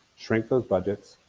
shrink those budgets.